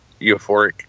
euphoric